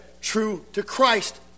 true-to-Christ